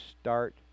start